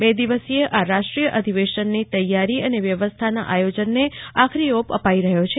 બે દિવસીય આ રાષ્ટ્રીય અધિવેશનની તૈયારી અને વ્ય્વાથાના આયોજનને આખરી ઓપ અપાઈ રહ્યો છે